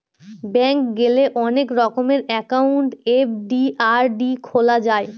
bank গেলে অনেক রকমের একাউন্ট এফ.ডি, আর.ডি খোলা যায়